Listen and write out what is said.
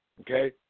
Okay